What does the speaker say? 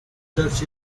church